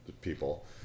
people